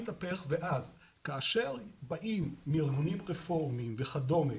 הגלגל התהפך ואז כאשר באים מארגונים רפורמים וכדומה,